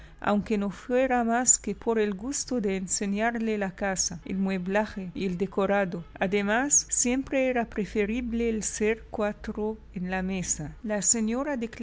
aunque no fuera más que por el gusto de enseñarle la casa el mueblaje y el decorado además siempre era preferible el ser cuatro en la mesa la señora de